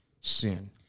sin